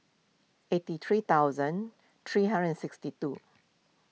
eighty three thousand three hundred and sixty two